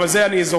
אבל זה מזיכרוני,